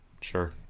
sure